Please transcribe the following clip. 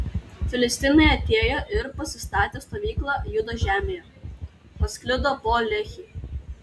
filistinai atėjo ir pasistatę stovyklą judo žemėje pasklido po lehį